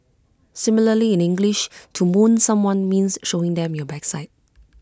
similarly in English to 'moon' someone means showing them your backside